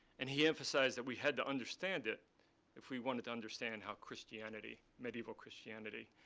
and he emphasized that we had to understand it if we wanted to understand how christianity, medieval christianity,